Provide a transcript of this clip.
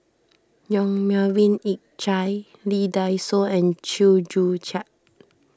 Yong Melvin Yik Chye Lee Dai Soh and Chew Joo Chiat